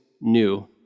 new